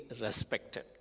respected